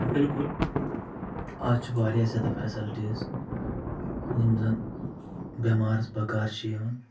بِلکُل آز چھِ واریاہ زیادٕ فٮ۪سَلٹیٖز یِم زَن بٮ۪مارَس بَکار چھِ یِوان